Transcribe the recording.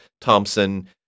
Thompson